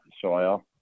soil